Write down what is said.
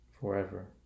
forever